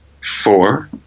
four